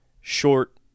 short